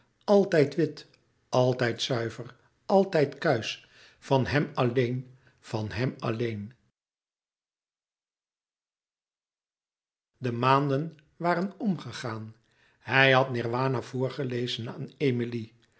altijd wit altijd zuiver altijd kuisch van hèm alleen van hèm alleen de maanden waren omgegaan hij had nirwana voorgelezen aan emilie